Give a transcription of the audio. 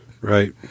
right